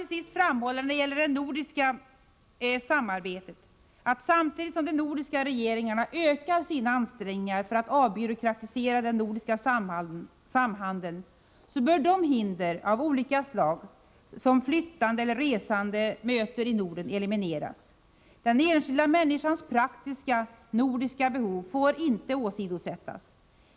Låt mig när det gäller det nordiska samarbetet till sist framhålla, att samtidigt som de nordiska regeringarna ökar sina ansträngningar för att avbyråkratisera den nordiska samhandeln bör de hinder av olika slag som flyttande eller resande möter i Norden elimineras. Den enskilda människans praktiska nordiska behov får inte åsidosättas.